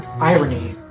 irony